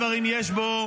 שלושה דברים יש בו: